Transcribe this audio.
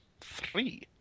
three